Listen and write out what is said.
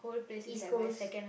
East-Coast